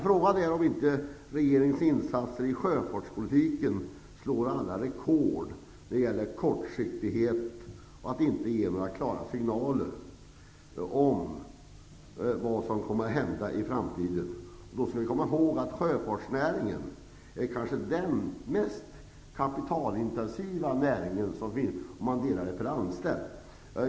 Frågan är om inte regeringens insatser inom sjöfartspolitiken slår alla rekord när det gäller kortsiktighet och brist på klara signaler om vad som kommer att hända i framtiden. Då skall vi komma ihåg att sjöfartsnäringen kanske är den mest kapitalintensiva näringen, räknat per anställd.